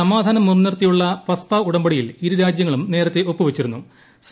സമാധാനം മുൻനിർത്തിയുള്ള പസ്പ ഉടമ്പടിയിൽ ഇരുരാജ്യങ്ങളും നേരത്തേ ഒപ്പുവെച്ചിരുന്നു്